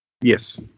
Yes